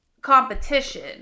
competition